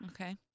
Okay